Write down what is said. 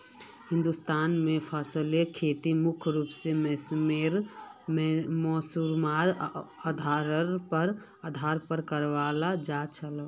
हिंदुस्तानत फसलेर खेती मुख्य रूप से मौसमेर आधारेर पर कराल जा छे